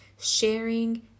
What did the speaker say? sharing